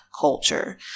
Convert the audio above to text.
culture